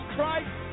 Christ